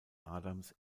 adams